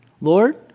lord